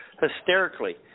Hysterically